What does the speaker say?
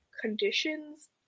conditions